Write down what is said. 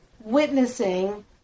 witnessing